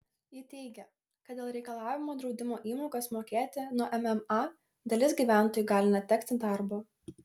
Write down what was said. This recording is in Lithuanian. ji teigė kad dėl reikalavimo draudimo įmokas mokėti nuo mma dalis gyventojų gali netekti darbo